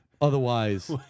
Otherwise